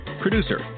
Producer